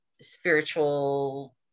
spiritual